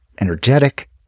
energetic